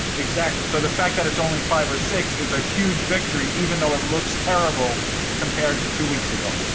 exactly. so the fact that it's only five or six is a huge victory, even though it looks terrible compared to two weeks ago.